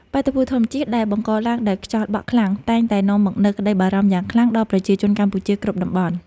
បាតុភូតធម្មជាតិដែលបង្កឡើងដោយខ្យល់បក់ខ្លាំងតែងតែនាំមកនូវក្តីបារម្ភយ៉ាងខ្លាំងដល់ប្រជាជនកម្ពុជាគ្រប់តំបន់។